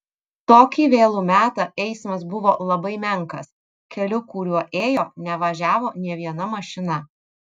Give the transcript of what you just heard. tokį vėlų metą eismas buvo labai menkas keliu kuriuo ėjo nevažiavo nė viena mašina